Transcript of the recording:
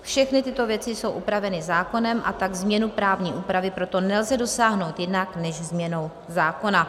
Všechny tyto věci jsou upraveny zákonem, a tak změny právní úpravy proto nelze dosáhnout jinak než změnou zákona.